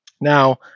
Now